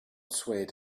swayed